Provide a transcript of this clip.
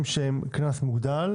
שהם עם קנס מוגדל,